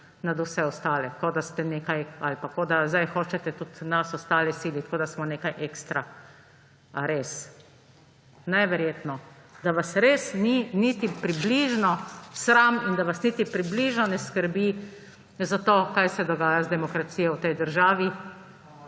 nad vse ostale, kot da ste nekaj ali pa kot da sedaj hočete tudi nas ostale siliti, kot da smo nekaj ekstra. A res? Neverjetno. Da vas res ni niti približno sram in da vas niti približno ne skrbi to, kaj se dogaja z demokracijo v tej državi